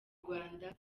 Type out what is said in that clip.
rwanda